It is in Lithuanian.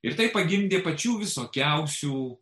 ir tai pagimdė pačių visokiausių